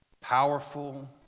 powerful